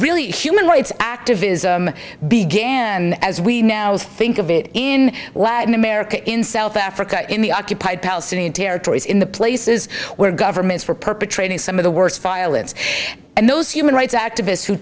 really human rights activism began as we now think of it in latin america in south africa in the occupied palestinian territories in the places where governments were perpetrating some of the worst violence and those human rights activists who